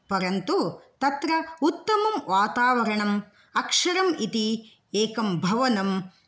परन्तु तत्र उत्तमं वातावरणम् अक्षरम् इति एकं भवनं